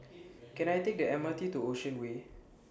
Can I Take The M R T to Ocean Way